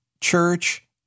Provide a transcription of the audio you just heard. church